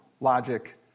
logic